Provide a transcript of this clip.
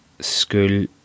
school